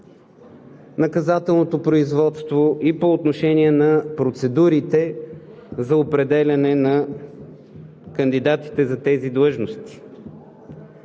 наказателното производство, и по отношение на процедурите за определяне на кандидатите за тези длъжности.